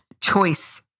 choice